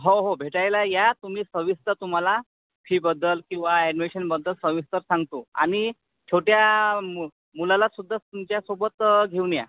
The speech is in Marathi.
हो हो भेटायला या तुम्ही सविस्तर तुम्हाला फीबद्दल किंवा ॲडमिशनबद्दल सविस्तर सांगतो आणि छोट्या मु मुलालासुद्धा तुमच्या सोबत घेऊन या